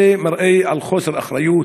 זה מראה חוסר אחריות,